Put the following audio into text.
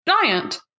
giant